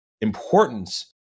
importance